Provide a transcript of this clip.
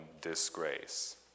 disgrace